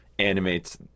animates